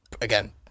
again